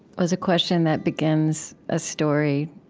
was a question that begins a story,